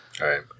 right